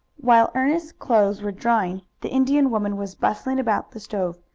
while ernest's clothes were drying the indian woman was bustling about the stove.